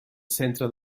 centre